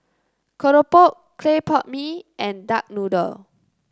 Keropok Clay Pot Mee and Duck Noodle